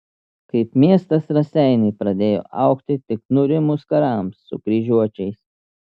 kaip miestas raseiniai pradėjo augti tik nurimus karams su kryžiuočiais